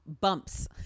bumps